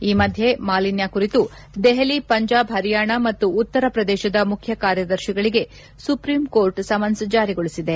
ಈ ಮಧ್ಯೆ ಮಾಲಿನ್ಯ ಕುರಿತು ದೆಹಲಿ ಪಂಜಾಬ್ ಪರಿಯಾಣ ಮತ್ತು ಉತ್ತರ ಪ್ರದೇಶದ ಮುಖ್ಯ ಕಾರ್ಯದಶಿಗಳಿಗೆ ಸುಪ್ರೀಂ ಕೋರ್ಟ್ ಸಮನ್ ಜಾರಿಗೊಳಿಸಿದೆ